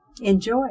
Enjoy